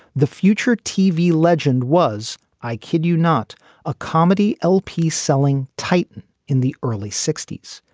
the future tv legend was i kid you not a comedy lp selling titan in the early sixty s.